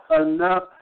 enough